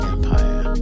Empire